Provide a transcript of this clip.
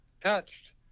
touched